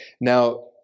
Now